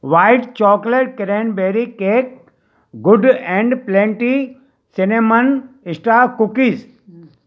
white chocolate cranberry cake good and plenty cinnamon stuff cookies